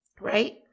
right